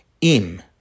Im